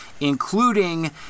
including